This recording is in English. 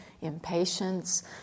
impatience